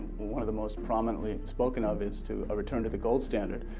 one of the most prominently spoken of is to return to the gold standard.